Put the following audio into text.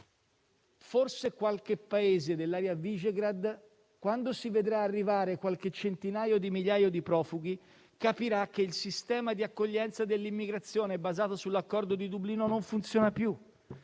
forse qualche Paese dell'area *Visegrád**,* quando vedrà arrivare qualche centinaio di migliaia di profughi, capirà che il sistema di accoglienza dell'immigrazione basato sull'accordo di Dublino non funziona più.